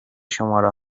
شماره